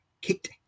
kicked